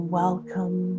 welcome